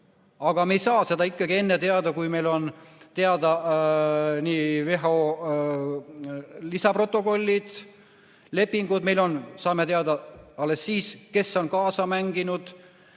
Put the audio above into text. Aga me ei saa seda ikkagi enne teada, kui meil on teada WHO lisaprotokollid, lepingud. Me saame teada alles siis, kes on kaasa mänginud,